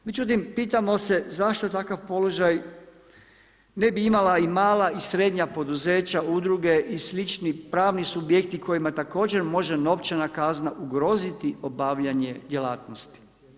Pitamo se zašto takav položaj ne bi imala i mala i srednja poduzeća udruge i slični pravni subjekti kojima također može novčana kazna ugroziti obavljanje djelatnosti.